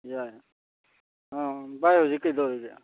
ꯌꯥꯏ ꯚꯥꯏ ꯍꯧꯖꯤꯛ ꯀꯩꯗꯧꯔꯤꯒꯦ